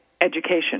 education